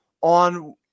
on